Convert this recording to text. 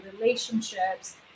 relationships